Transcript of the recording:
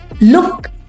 Look